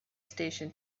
station